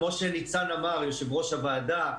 כמו שיושב-ראש הוועדה ניצן אמר,